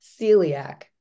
celiac